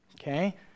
Okay